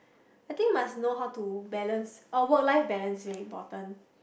I think must know how to balance our work life balance very important